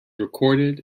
recorded